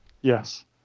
Yes